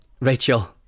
Rachel